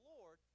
Lord